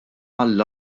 għall